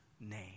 name